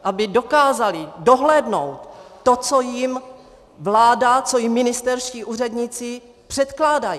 Aby dokázali dohlédnout to, co jim vláda, co jim ministerští úředníci předkládají.